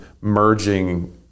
merging